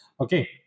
Okay